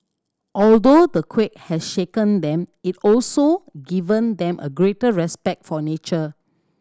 although the quake has shaken them it has also given them a greater respect for nature